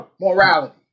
Morality